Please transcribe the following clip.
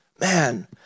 Man